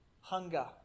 hunger